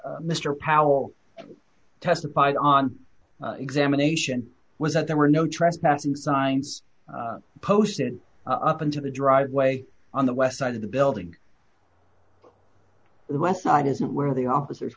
mr powell testified on examination was that there were no trespassing signs posted up into the driveway on the west side of the building the west side isn't where the o